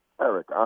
Eric